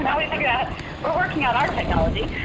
and yeah we're working out our technology.